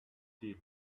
still